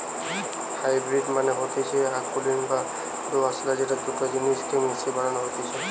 hybrid মানে হতিছে অকুলীন বা দোআঁশলা যেটি দুটা জিনিস কে মিশিয়ে বানানো হতিছে